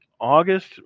August